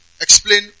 explain